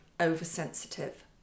oversensitive